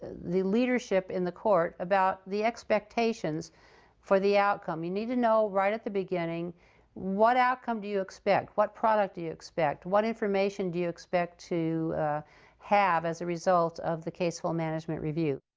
the the leadership in the court about the expectations for the outcome. you need to know right at the beginning what outcome do you expect. what product do you expect? what information do you expect to have as a result of the caseflow management review?